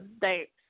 thanks